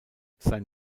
sein